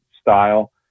style